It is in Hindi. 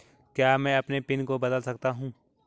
क्या मैं अपने पिन को बदल सकता हूँ?